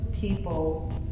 people